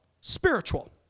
spiritual